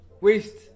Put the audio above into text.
Waste